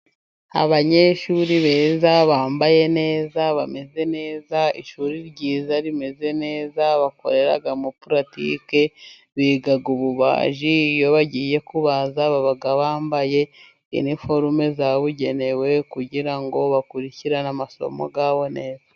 Abanyeshuri beza, bambaye neza, bameze neza, ishuri ryiza rimeze neza bakoreramo paratike, biga ububaji. Iyo bagiye kubaza baba bambaye iniforume zabugenewe, kugira ngo bakurikirane amasomo yabo neza.